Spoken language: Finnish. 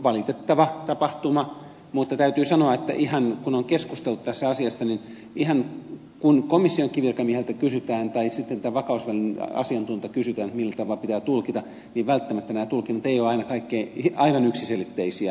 valitettava tapahtuma mutta täytyy sanoa että kun on keskusteltu tässä asiasta niin ihan kun komissionkin virkamiehiltä kysytään tai tämän vakausvälineen asiantuntijoilta kysytään millä tapaa pitää tulkita niin välttämättä nämä tulkinnat eivät ole aivan yksiselitteisiä